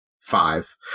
five